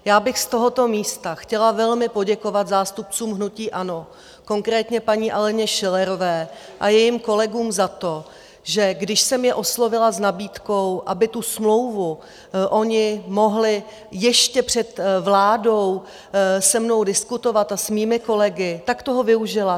Já bych z tohoto místa chtěla velmi poděkovat zástupcům hnutí ANO, konkrétně paní Aleně Schillerové a jejím kolegům, za to, že když jsem je oslovila s nabídkou, aby tu smlouvu oni mohli ještě před vládou se mnou diskutovat a s mými kolegy, tak toho využila.